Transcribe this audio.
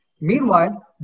Meanwhile